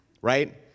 right